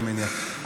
אני מניח,